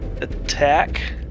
attack